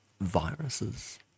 viruses